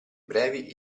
brevi